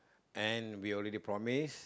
and we already promise